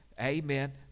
amen